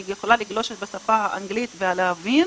אני יכולה לגלוש בשפה האנגלית ולהבין,